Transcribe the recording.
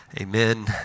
amen